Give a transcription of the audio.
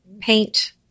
paint